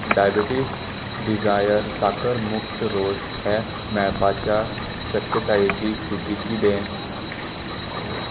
diabetics desire साकर मुक्त रोस हें मेळपाच्या शक्यतायेची स्थिती किदें